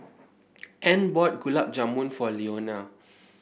Ann bought Gulab Jamun for Leonia